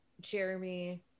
jeremy